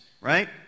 right